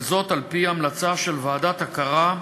וזאת על-פי המלצה של ועדת הכרה,